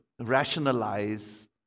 rationalize